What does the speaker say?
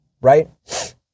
Right